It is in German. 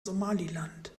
somaliland